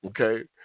okay